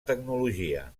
tecnologia